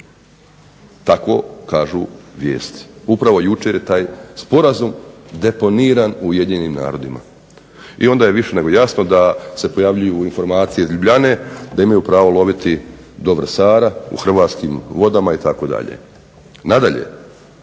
Tako kažu vijesti. Upravo jučer je taj sporazum deponiran u Ujedinjenim narodima. I onda je više nego jasno da se pojavljuju informacije iz Ljubljane da imaju pravo loviti do Vrsara u hrvatskim vodama itd. Nadalje,